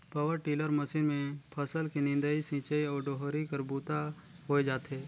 power tiller machine मे फसल के निंदई, सिंचई अउ डोहरी कर बूता होए जाथे